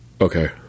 Okay